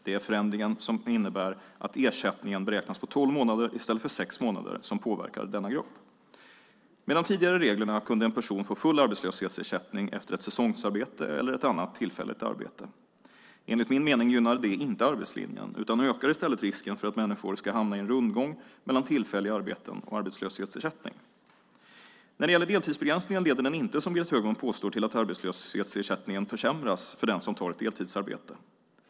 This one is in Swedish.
Det är förändringen som innebär att ersättningen beräknas på tolv månader i stället för sex månader som påverkar denna grupp. Med de tidigare reglerna kunde en person få full arbetslöshetsersättning efter ett säsongsarbete eller annat tillfälligt arbete. Enligt min mening gynnar det inte arbetslinjen utan ökar i stället risken för att människor ska hamna i en rundgång mellan tillfälliga arbeten och arbetslöshetsersättning. Deltidsbegränsningen leder inte, som Berit Högman påstår, till att arbetslöshetsersättningen försämras för den som tar ett deltidsarbete.